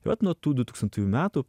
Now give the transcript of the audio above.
vat nuo tų dutūkstantųjų metų